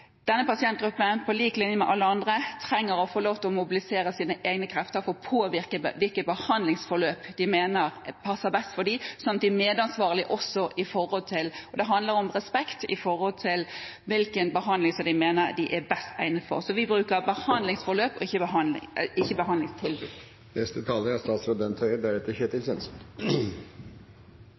Denne pasientgruppen trenger – på lik linje med alle andre – å mobilisere sine egne krefter for å påvirke hvilket behandlingsforløp de mener passer best for dem, slik at de er medansvarlige – og det handler om respekt – for hvilken behandling de mener er best egnet for dem. Vi bruker behandlingsforløp og ikke behandlingstilbud. Det er kommet en del spørsmål og kommentarer knyttet til diskusjonen om behandlingsforløp og om betalingsplikt for utskrivningsklare pasienter som det er